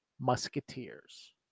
Musketeers